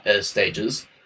stages